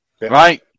right